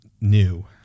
new